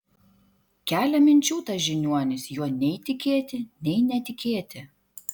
kelia minčių tas žiniuonis juo nei tikėti nei netikėti